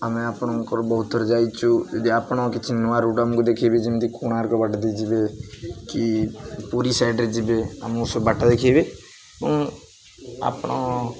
ଆମେ ଆପଣଙ୍କର ବହୁତ ଥର ଯାଇଛୁ ଯଦି ଆପଣ କିଛି ନୂଆ ରୁଟ ଆମକୁ ଦେଖାଇବେ ଯେମିତି କୋଣାର୍କ ବାଟ ଦେଇ ଯିବେ କି ପୁରୀ ସାଇଡ଼ରେ ଯିବେ ଆମକୁ ସବୁ ବାଟ ଦେଖାଇବେ ଆପଣ